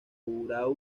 fundada